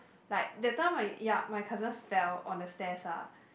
like that time I ya my cousin fell on the stairs ah